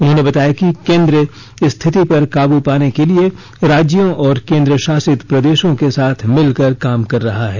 उन्होंने बताया कि केंद्र स्थिति पर काबू पाने के लिए राज्यों और केंद्रशासित प्रदेशों के साथ मिलकर काम कर रहा है